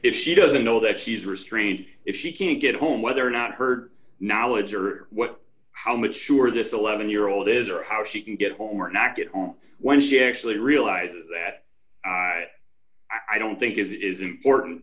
if she doesn't know that she's restrained if she can't get home whether or not heard knowledge or what how mature this eleven year old is or how she can get home or not get home when she actually realizes that i don't think is is important